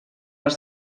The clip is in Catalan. els